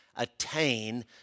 attain